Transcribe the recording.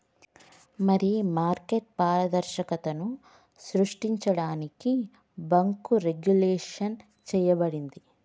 మరి మార్కెట్ పారదర్శకతను సృష్టించడానికి బాంకు రెగ్వులేషన్ చేయబడింది